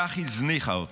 כך הזניחה אותנו.